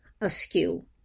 askew